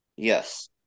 Yes